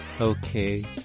Okay